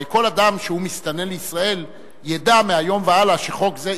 הרי כל אדם שהוא מסתנן לישראל ידע מהיום והלאה שחוק זה,